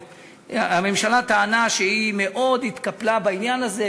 הממשלה טענה שהיא מאוד התקפלה בעניין הזה,